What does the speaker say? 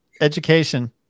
education